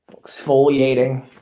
Exfoliating